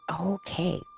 Okay